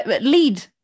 Lead